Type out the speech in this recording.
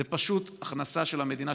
זו פשוט הכנסה של המדינה,